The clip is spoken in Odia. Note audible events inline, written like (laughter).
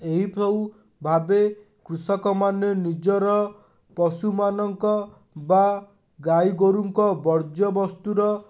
ଏହି (unintelligible) ଭାବେ କୃଷକମାନେ ନିଜର ପଶୁମାନଙ୍କ ବା ଗାଈଗୋରୁଙ୍କ ବର୍ଜ୍ୟବସ୍ତୁର